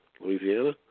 Louisiana